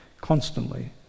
constantly